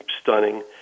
stunning